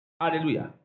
Hallelujah